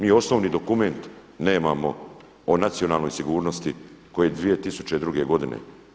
Ni osnovni dokument nemamo o nacionalnoj sigurnosti koji 2002. godine.